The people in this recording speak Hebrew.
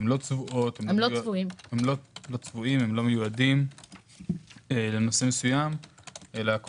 זה לא צבוע ולא מיועד לנושא מסוים אלא,